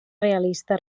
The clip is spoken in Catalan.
realista